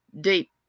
deep